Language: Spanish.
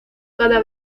cada